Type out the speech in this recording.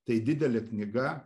tai didelė knyga